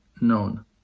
known